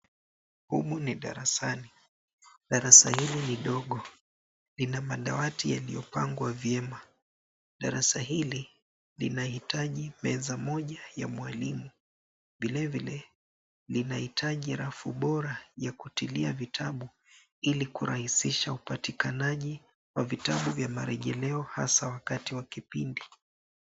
Humu ni darasani. Darasa hili ni ndogo. Lina madawati yaliyopangwa vyema. Darasa hili linahitaji meza moja ya mwalimu vile vile linahitaji rafu bora ya kutilia vitabu ili kurahisisha upatikanaji wa vitabu vya marejeleo hasa wakati wa kipindi.